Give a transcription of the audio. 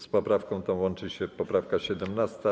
Z poprawką tą łączy się poprawka 17.